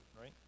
right